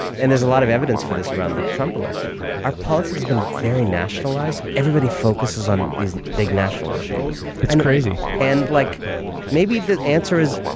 and there's a lot of evidence for this around the trump election, our politics have been very nationalized. everybody focuses on these big national issues. it's crazy. and like maybe the answer is,